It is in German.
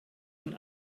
von